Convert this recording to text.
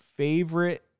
Favorite